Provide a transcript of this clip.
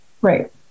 Right